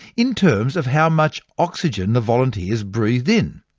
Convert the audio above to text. in terms of how much oxygen the volunteers breathed in.